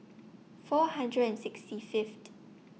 four hundred and sixty